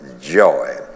joy